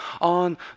on